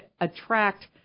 attract